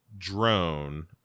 drone